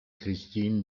christine